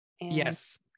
Yes